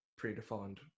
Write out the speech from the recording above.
predefined